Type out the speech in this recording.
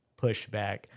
pushback